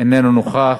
אינו נוכח.